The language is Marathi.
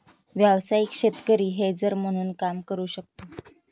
व्यावसायिक शेतकरी हेजर म्हणून काम करू शकतो